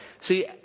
See